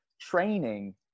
training –